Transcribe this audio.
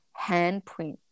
handprint